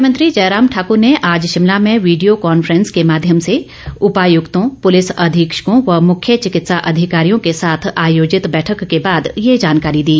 मुख्यमंत्री जयराम ठाकूर ने आज शिमला में वीडियो कांफेंस के माध्यम से उपायुक्तों पुलिस अधीक्षकों व मुख्य चिकित्सा अधिकारियों के साथ आयोजित बैठक के बाद ये जानकारी दी